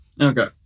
Okay